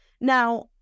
Now